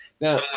Now